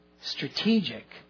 strategic